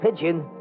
pigeon